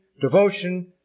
devotion